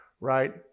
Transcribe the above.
right